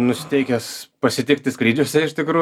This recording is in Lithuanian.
nusiteikęs pasitikti skrydžiuose iš tikrų